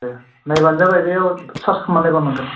दे नायब्लानो जाबाय बेयाव सार्च खामना नायब्ला मोनगोन